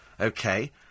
Okay